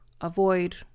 avoid